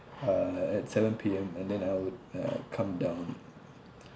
uh at seven P_M and then I would uh come down